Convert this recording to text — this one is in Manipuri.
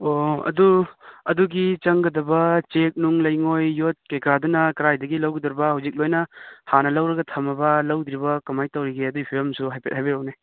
ꯑꯣ ꯑꯗꯣ ꯑꯗꯨꯒꯤ ꯆꯪꯒꯗꯕ ꯆꯦꯛ ꯅꯨꯡ ꯂꯩꯉꯣꯏ ꯌꯣꯠ ꯀꯩꯀꯥꯗꯨꯅ ꯀꯗꯥꯏꯗꯒꯤ ꯂꯧꯒꯗꯣꯔꯤꯕ ꯍꯧꯖꯤꯛ ꯂꯣꯏꯅ ꯍꯥꯟꯅ ꯂꯧꯔꯒ ꯊꯝꯃꯕ ꯂꯩꯗ꯭ꯔꯤꯕ ꯀꯃꯥꯏ ꯇꯧꯔꯤꯒꯦ ꯑꯗꯨꯏ ꯐꯤꯕꯝꯁꯨ ꯍꯥꯏꯐꯦꯠ ꯍꯥꯏꯕꯤꯔꯛꯎꯅꯦ